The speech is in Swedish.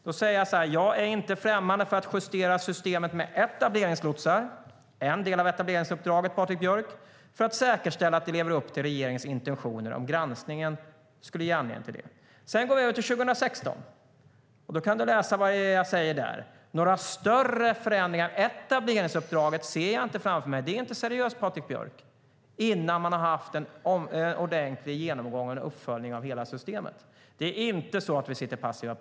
Där skriver jag: "Jag är inte främmande för att justera systemet med etableringslotsar för att säkerställa att det lever upp till regeringens intentioner, om granskningen skulle ge anledning till det." Sedan går vi över till det som står om 2016. Du kan själv läsa vad jag säger där. Några större förändringar av etableringsuppdraget ser jag inte framför mig - det är inte seriöst, Patrik Björck - innan man har gjort en ordentlig genomgång och uppföljning av hela systemet. Vi sitter inte passiva.